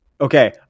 Okay